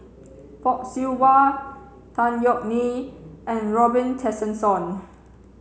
Fock Siew Wah Tan Yeok Nee and Robin Tessensohn